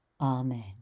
Amen